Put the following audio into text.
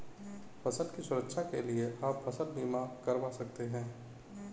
फसल की सुरक्षा के लिए आप फसल बीमा करवा सकते है